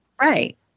Right